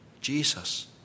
Jesus